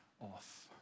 off